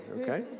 okay